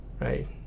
right